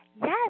Yes